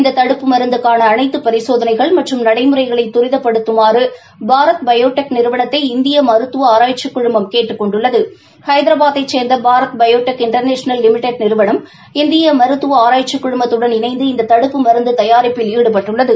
இந்த தடுப்பு மருந்துக்காள அனைத்து பரிசோதனைகள் மற்றும் நடைமுறைகளை துரிதப்படுத்துமாறு பாரத் பயோடெக் நிறுவனத்தை இந்திய மருததுவ ஆராய்ச்சிக் குழமம் கேட்டுக் கொண்டுள்ளது ஹைதராபாத்தை சேந்த பாரத் பயோடெக் இன்டர்நேஷனல் லிமிடெட் நிறுவனம் இந்திய மருத்துவ ஆராய்ச்சிக் குழுமத்துடன் இணைந்து இந்த தடுப்பு மருந்து தயாரிப்பில் ஈடுபட்டுள்ளது